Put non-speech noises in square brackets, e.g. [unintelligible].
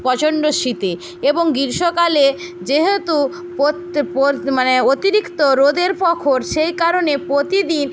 প্রচণ্ড শীতে এবং গ্রীষ্মকালে যেহেতু [unintelligible] মানে অতিরিক্ত রোদের প্রখর সেই কারণে প্রতিদিন